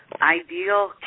ideal